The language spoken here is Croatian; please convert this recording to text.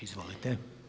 Izvolite!